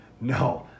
No